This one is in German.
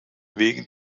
wegen